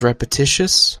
repetitious